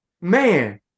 Man